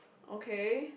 okay